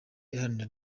iharanira